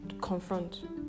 confront